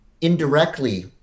indirectly